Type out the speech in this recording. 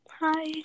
hi